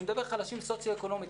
אני מדבר חלשים סוציו-אקונומית.